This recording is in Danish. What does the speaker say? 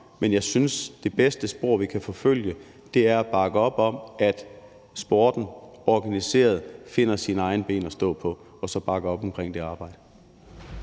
Jeg synes, det bedste spor, vi kan forfølge, er at bakke op om, at sporten organiseret finder sine egne ben at stå på – og så bakke op omkring det arbejde.